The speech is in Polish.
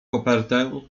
kopertę